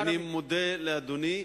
אני מודה לאדוני.